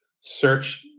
search